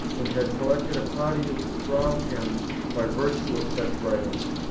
and had collected a party round him by virtue of such writings,